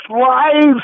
lives